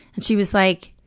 and she was like,